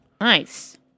Nice